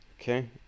okay